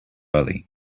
early